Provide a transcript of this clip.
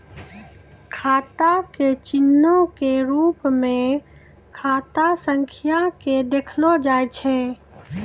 खाता के चिन्हो के रुपो मे खाता संख्या के देखलो जाय छै